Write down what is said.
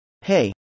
Hey